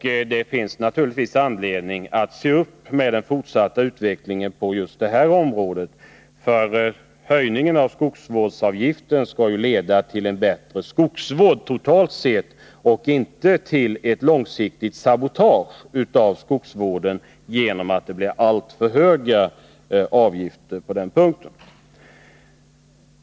Det finns därför naturligtvis anledning att se upp med den fortsatta utvecklingen på just det här området. Höjningen av skogsvårdsavgiften skall ju leda till en bättre skogsvård totalt sett och inte till ett långsiktigt sabotage av skogsvården genom att avgifterna blir alltför höga.